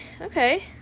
okay